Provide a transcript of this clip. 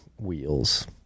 wheels